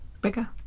Bigger